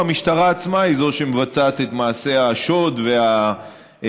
המשטרה עצמה היא זו שמבצעת את מעשי השוד והירי.